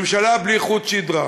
ממשלה בלי חוט שדרה.